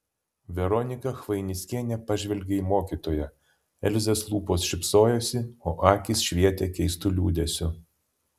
veronika chvainickienė pažvelgė į mokytoją elzės lūpos šypsojosi o akys švietė keistu liūdesiu